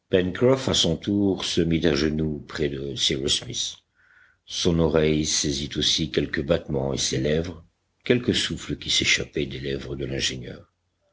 à son tour se mit à genoux près de cyrus smith son oreille saisit aussi quelques battements et ses lèvres quelque souffle qui s'échappait des lèvres de l'ingénieur